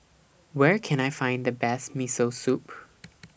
Where Can I Find The Best Miso Soup